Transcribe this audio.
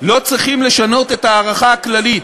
לא צריכים לשנות את ההערכה הכללית.